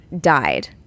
died